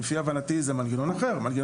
מידי שנה יש 10,000,